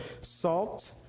salt